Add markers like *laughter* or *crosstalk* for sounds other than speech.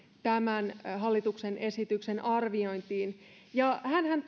tämän hallituksen esityksen arviointiin hänhän *unintelligible*